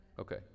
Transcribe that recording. Okay